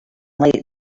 like